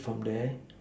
from there